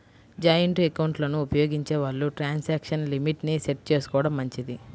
joint ఎకౌంట్లను ఉపయోగించే వాళ్ళు ట్రాన్సాక్షన్ లిమిట్ ని సెట్ చేసుకోడం మంచిది